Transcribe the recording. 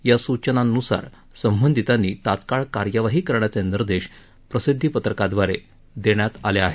या सूचनांनुसार संबंधितांनी तात्काळ कार्यवाही करायचे निर्देश प्रसिद्वी पत्रकाद्वारे देण्यात आले आहेत